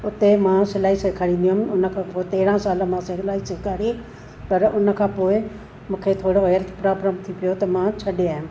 उते मां सिलाई सेखारींदी हुअमि उनखां पोइ तेरहं साल मां सिलाई सेखारी पर उनखां पोइ मूंखे थोरो हेल्थ प्रॉब्लम थी पियो त मां छॾे आयमि